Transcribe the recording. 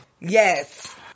Yes